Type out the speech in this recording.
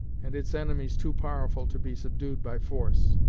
and its enemies too powerful to be subdued by force?